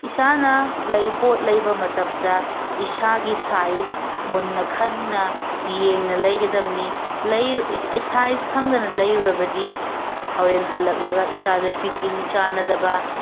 ꯏꯁꯥꯅ ꯄꯣꯠ ꯂꯩꯕ ꯃꯇꯝꯗ ꯏꯁꯥꯒꯤ ꯁꯥꯏꯁ ꯃꯨꯟꯅ ꯈꯪꯅ ꯌꯦꯡꯅ ꯂꯩꯒꯗꯝꯅꯤ ꯁꯥꯏꯁ ꯈꯪꯗꯅ ꯂꯩꯔꯨꯔꯕꯗꯤ ꯍꯣꯔꯦꯟ ꯍꯂꯛꯂꯒ ꯏꯁꯥꯗ ꯐꯤꯠꯇꯤꯡ ꯆꯥꯟꯅꯗꯕ